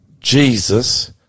Jesus